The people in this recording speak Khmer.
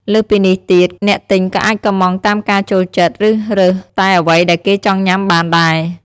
លើសពីនេះទៀត អ្នកទិញក៏អាចកម្មង់តាមការចូលចិត្ត ឬរើសតែអ្វីដែលគេចង់ញុំាបានដែរ។